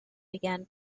began